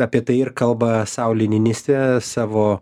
apie tai ir kalba sauli niniste savo